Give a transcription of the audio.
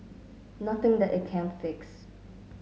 nothing that it can't fix